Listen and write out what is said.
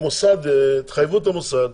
תחייבו את המוסד.